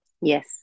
Yes